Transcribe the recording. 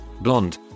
blonde